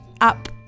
up